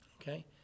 Okay